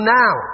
now